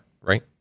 right